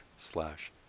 slash